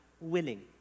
willing